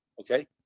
okay